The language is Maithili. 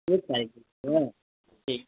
एकतारिखके ठीक